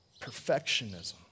perfectionism